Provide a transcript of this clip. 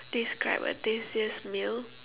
describe a tastiest meal